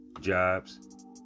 jobs